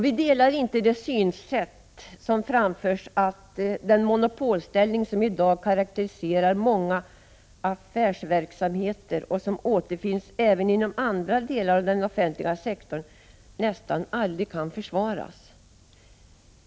Vi delar inte det synsätt som framförs, nämligen att den monopolställning som i dag karakteriserar många affärsverksamheter och som återfinns även inom andra delar av den offentliga sektorn nästan aldrig kan försvaras.